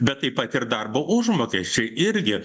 bet taip pat ir darbo užmokesčiai irgi